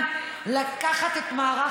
הזאת, אבל זה קצת צובט וקצת כואב וקצת מעט